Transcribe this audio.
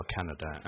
Canada